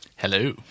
Hello